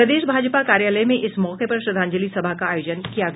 प्रदेश भाजपा कार्यालय में इस मौके पर श्रद्वांजलि सभा का आयोजन किया गया